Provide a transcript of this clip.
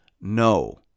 no